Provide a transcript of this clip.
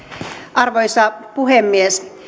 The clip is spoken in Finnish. arvoisa puhemies